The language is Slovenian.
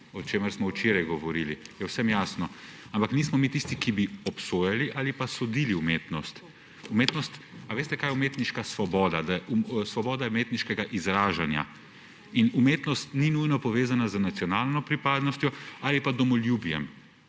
o čemer smo včeraj govorili, je vsem jasno. Ampak nismo mi tisti, ki bi obsojali ali pa sodili umetnost. Ali veste, kaj je umetniška svoboda, svoboda umetniškega izražanja? Umetnost ni nujno povezana z nacionalno pripadnostjo ali pa domoljubjem.